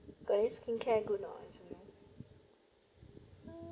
but then skincare good not actually